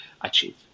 achieve